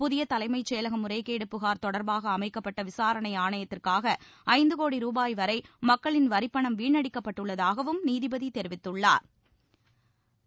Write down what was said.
புதிய தலைமச் செயலக முறைகேடு புகார் தொடர்பாக அமைக்கப்பட்ட விசாரணை ஆணையத்திற்காக ஐந்து கோடி ருபாய்வரை மக்களின் வரிப்பணம் வீணடிக்கப்பட்டுள்ளதாகவும் நீதிபதி தெரிவித்துள்ளா்